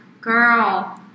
Girl